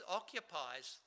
occupies